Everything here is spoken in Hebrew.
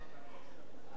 התיקון המוצע